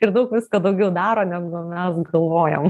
ir daug visko daugiau daro negu mes galvojam